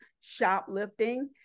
shoplifting